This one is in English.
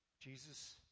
Jesus